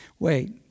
wait